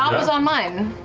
nott was on mine.